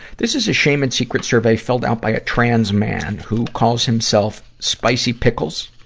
this is a shame and secret survey filled out by a trans man who calls himself spicy pickles.